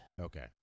Okay